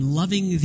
loving